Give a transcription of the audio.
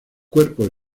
cuerpo